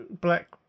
Black